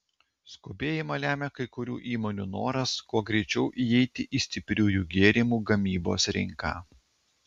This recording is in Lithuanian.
skubėjimą lemia kai kurių įmonių noras kuo greičiau įeiti į stipriųjų gėrimų gamybos rinką